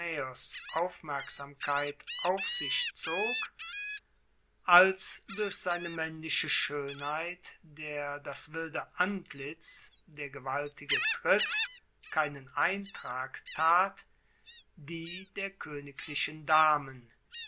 aufmerksamkeit auf sich zog als durch seine maennliche schoenheit der das wilde antlitz der gewaltige tritt keinen eintrag tat die der koeniglichen damen